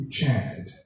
Chad